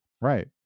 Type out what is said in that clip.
Right